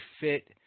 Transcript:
fit